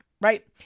right